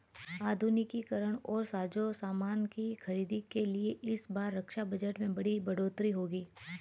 आधुनिकीकरण और साजोसामान की खरीद के लिए इस बार रक्षा बजट में बड़ी बढ़ोतरी होगी